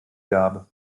gabe